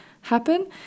happen